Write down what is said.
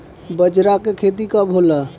बजरा के खेती कब होला?